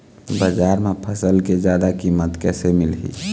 बजार म फसल के जादा कीमत कैसे मिलही?